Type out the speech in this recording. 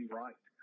right